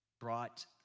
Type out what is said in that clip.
brought